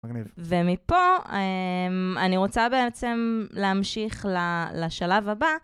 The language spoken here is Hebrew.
מגניב. ומפה אני רוצה בעצם להמשיך לשלב הבא.